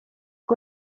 ryo